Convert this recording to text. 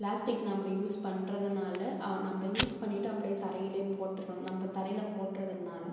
plastic நம்ம use பண்ணுறதுனால நம்ம யூஸ் பண்ணிட்டு அப்படே தரையிலே போட்டுடுறோம் நம்ம தரையில் போடுறதுனால